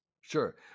Sure